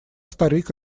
старик